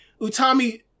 Utami